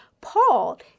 paul